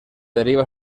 deriva